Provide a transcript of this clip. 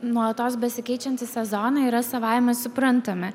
nuolatos besikeičiantys sezonai yra savaime suprantami